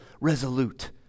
resolute